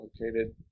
located